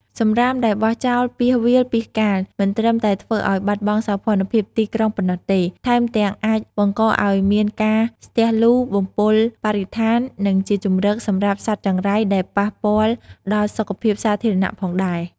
សំរាមដែលបោះចោលពាសវាលពាសកាលមិនត្រឹមតែធ្វើឲ្យបាត់បង់សោភ័ណភាពទីក្រុងប៉ុណ្ណោះទេ ថែមទាំងអាចបង្កឲ្យមានការស្ទះលូ បំពុលបរិស្ថាន និងជាជម្រកសម្រាប់សត្វចង្រៃ ដែលប៉ះពាល់ដល់សុខភាពសាធារណៈផងដែរ។